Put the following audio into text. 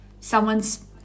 someone's